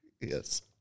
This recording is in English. Yes